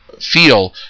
feel